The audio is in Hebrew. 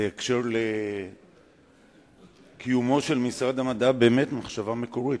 בקשר לקיומו של משרד המדע, באמת, מחשבה מקורית.